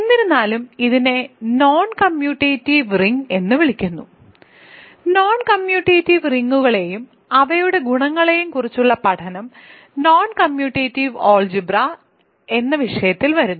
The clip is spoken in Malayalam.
എന്നിരുന്നാലും ഇതിനെ നോൺ കമ്മ്യൂട്ടേറ്റീവ് റിംഗ് എന്ന് വിളിക്കുന്നു നോൺ കമ്മ്യൂട്ടേറ്റീവ് റിങ്ങുകളെയും അവയുടെ ഗുണങ്ങളെയും കുറിച്ചുള്ള പഠനം നോൺ കമ്മ്യൂട്ടേറ്റീവ് ആൾജിബ്ര എന്ന വിഷയത്തിൽ വരുന്നു